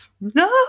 no